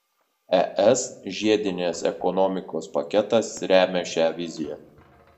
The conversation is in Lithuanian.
es žiedinės ekonomikos paketas remia šią viziją